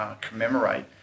commemorate